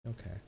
Okay